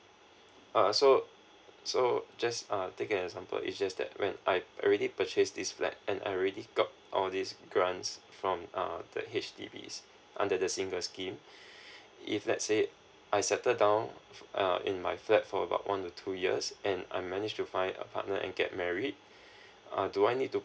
uh so so just uh take an example is just that when I already purchase this flat and I already got all these grants from uh the H_D_B under the single scheme if let's say I settle down uh in my flat for about one to two years and I manage to find a partner and get married uh do I need to